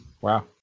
Wow